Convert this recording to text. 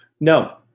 No